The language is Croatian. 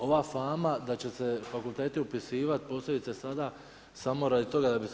Ova fama da će fakulteti upisivati posebice sada samo radi toga da bi se